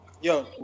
Yo